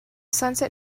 sunset